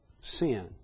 sin